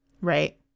Right